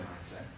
mindset